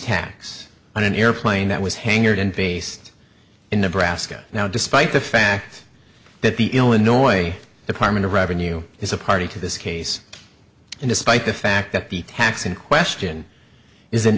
tax on an airplane that was hangared and based in the brassica now despite the fact that the illinois department of revenue is a party to this case and despite the fact that the tax in question is